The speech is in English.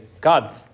God